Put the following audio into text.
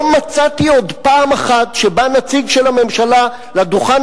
עוד לא מצאתי פעם אחת שבא נציג של הממשלה לדוכן